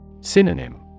Synonym